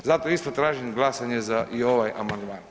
Zato isto tražim glasanje za i ovaj amandman.